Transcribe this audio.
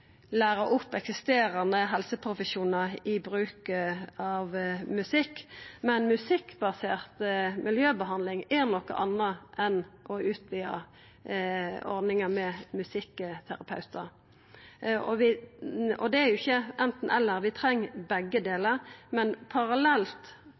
læra opp eksisterande helseprofesjonar i bruk av musikk, men musikkbasert miljøbehandling er noko anna enn å utvida ordninga med musikkterapeutar. Det er ikkje anten eller – vi treng begge